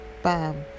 Bam